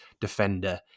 defender